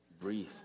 breathe